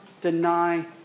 deny